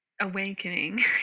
awakening